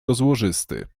rozłożysty